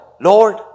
Lord